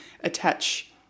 attach